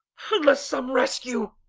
unless some rescue!